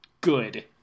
good